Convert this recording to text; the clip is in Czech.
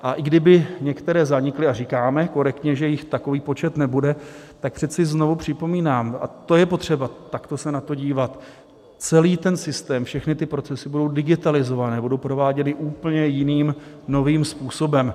A i kdyby některé zanikly, a říkáme korektně, že jich takových počet nebude, tak přece, znovu připomínám, a je potřeba takto se na to dívat, celý ten systém, všechny ty procesy budou digitalizované, budou prováděny úplně jiným, novým způsobem.